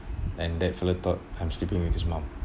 and that fella thought I'm sleeping with his mum